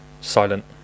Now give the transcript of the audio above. Silent